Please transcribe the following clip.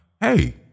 Hey